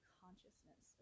consciousness